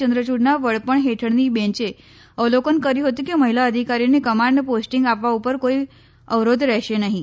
ચંદ્રયૂડના વડપણ હેઠળની બેંચે અવલોકન કર્યું હતું કે મહિલા અધિકારીઓને કમાન્ડ પોસ્ટીંગ આપવા ઉપર કોઈ અવરોધ રહેશે નહીં